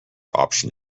option